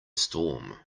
storm